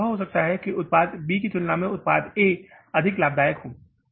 इसलिए यह संभव हो सकता है कि उत्पाद बी की तुलना में उत्पाद ए अधिक लाभदायक है